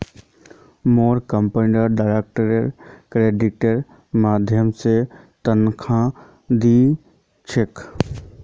मोर company direct क्रेडिटेर माध्यम स तनख़ा दी छेक